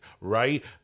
right